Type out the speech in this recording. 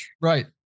Right